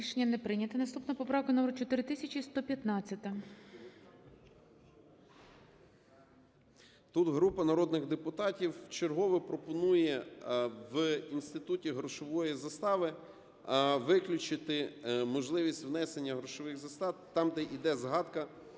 Рішення не прийнято. Наступна поправка номер - 4115. 17:25:40 СИДОРОВИЧ Р.М. Тут група народних депутатів вчергове пропонує в інституті грошової застави виключити можливість внесення грошових застав там, де йде згадка